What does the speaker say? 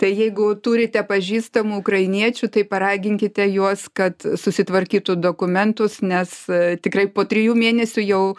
tai jeigu turite pažįstamų ukrainiečių taip paraginkite juos kad susitvarkytų dokumentus nes a tikrai po trijų mėnesių jau